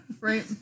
Right